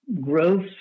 growth